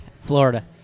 Florida